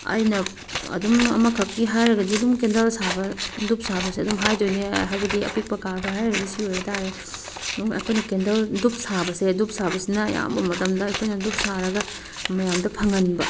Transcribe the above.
ꯑꯩꯅ ꯑꯗꯨꯝ ꯑꯃꯈꯛꯀꯤ ꯍꯥꯏꯔꯒꯗꯤ ꯑꯗꯨꯝ ꯀꯦꯟꯗꯜ ꯁꯥꯕ ꯗꯨꯛ ꯁꯥꯕꯁꯦ ꯑꯗꯨꯝ ꯍꯥꯏꯗꯣꯏꯅꯦ ꯍꯥꯏꯕꯗꯤ ꯑꯄꯤꯛꯄ ꯀꯔꯕꯥꯔ ꯍꯥꯏꯔꯒꯗꯤ ꯁꯤ ꯑꯣꯏꯕꯇꯥꯔꯦ ꯑꯗꯨꯝ ꯑꯩꯈꯣꯏꯅ ꯀꯦꯟꯗꯜ ꯗꯨꯛ ꯁꯥꯕꯁꯦ ꯗꯨꯛ ꯁꯥꯕꯁꯤꯅ ꯑꯌꯥꯝꯕ ꯃꯇꯝꯗ ꯑꯩꯈꯣꯏꯅ ꯗꯨꯛ ꯁꯥꯔꯒ ꯃꯌꯥꯝꯗ ꯐꯪꯍꯟꯕ